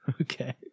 Okay